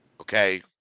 okay